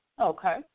Okay